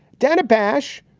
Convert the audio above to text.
dana bash,